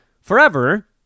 forever